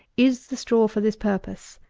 is the straw for this purpose.